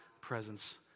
presence